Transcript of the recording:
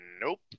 Nope